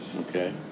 okay